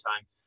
time